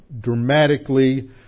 dramatically